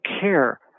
care